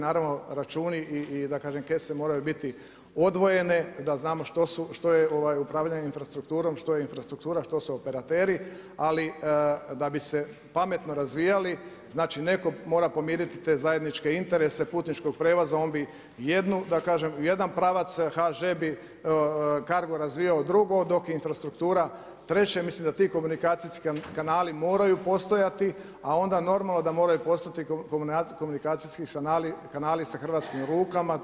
Naravno, račun i da kažem kese moraju biti odvojene, da znamo što je upravljanje infrastrukturom, što je infrastruktura, što su operateri, ali da bi se pametno razvijali, znači netko mora pomiriti te zajedničke interese putničkog prijevoza, on bi jednu, da kažem u jedan pravac, HŽ bi kargo razvijao drugo, dok je infrastruktura treće, mislim da ti komunikacijski kanali moraju postajati, a onda normalno da moraju postojati komunikacijski kanali sa hrvatskim rukama.